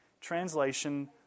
translation